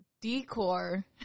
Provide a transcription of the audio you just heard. decor